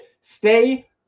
Stay